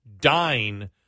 dying